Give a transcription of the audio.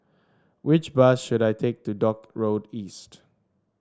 which bus should I take to Dock Road East